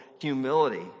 Humility